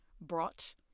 brought